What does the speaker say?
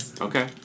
Okay